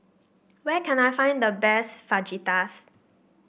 where can I find the best Fajitas